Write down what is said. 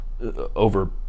over